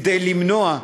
כדי למנוע,